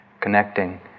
connecting